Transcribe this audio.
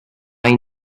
hay